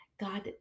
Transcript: God